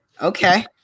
Okay